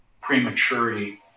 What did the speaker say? prematurity